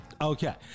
Okay